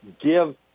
give